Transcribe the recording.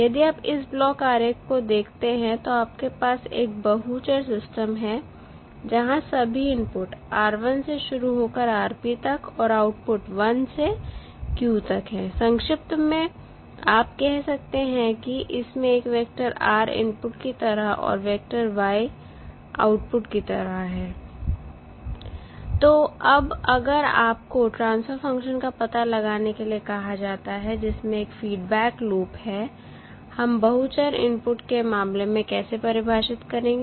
यदि आप इस ब्लॉक आरेख को देखते हैं तो आपके पास एक बहु चर सिस्टम है जहां सभी इनपुट से शुरू होकर तक और आउटपुट 1 से q तक है संक्षिप्त में आप कह सकते हैं कि इसमें एक वेक्टर R इनपुट की तरह और वेक्टर Y आउटपुट की तरह है तो अब अगर आपको ट्रांसफर फ़ंक्शन का पता लगाने के लिए कहा जाता है जिसमें एक फीडबैक लूप है हम बहु चर इनपुट के मामले में कैसे परिभाषित करेंगे